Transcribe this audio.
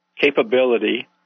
capability